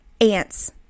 Ants